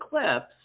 eclipse